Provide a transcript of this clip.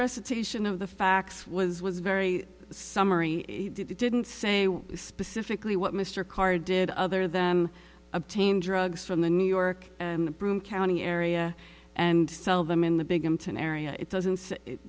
recitation of the facts was was very summery he didn't say specifically what mr karr did other than obtain drugs from the new york and the broome county area and sell them in the big into an area it doesn't it